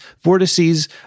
vortices